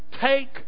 take